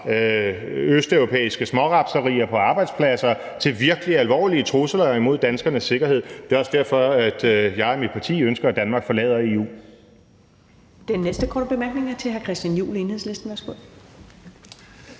østeuropæiske smårapserier på arbejdspladser til virkelig alvorlige trusler mod danskernes sikkerhed. Det er også derfor, at jeg og mit parti ønsker, at Danmark forlader EU.